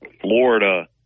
Florida